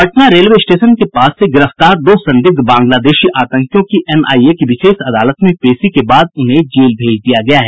Patna railway station के पास से गिरफ्तार दो संदिग्ध बांग्लादेशी आतंकियों की एनआईए की विशेष अदालत में पेशी के बाद उन्हें जेल भेज दिया गया है